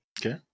Okay